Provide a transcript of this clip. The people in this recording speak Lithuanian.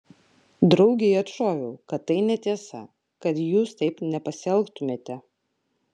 draugei atšoviau kad tai netiesa kad jūs taip nepasielgtumėte